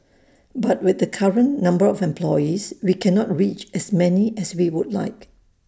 but with the current number of employees we cannot reach as many as we would like